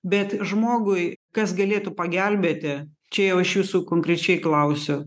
bet žmogui kas galėtų pagelbėti čia jau aš jūsų konkrečiai klausiu